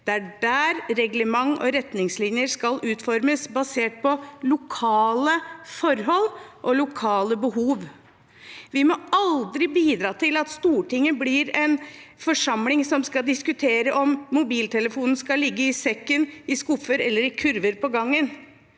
Det er der reglementer og retningslinjer skal utformes, basert på lokale forhold og lokale behov. Vi må aldri bidra til at Stortinget blir en forsamling som skal diskutere om mobiltelefonen skal ligge i sekken, i skuffen eller i kurven på gangen.